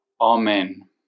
Amen